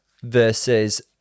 Versus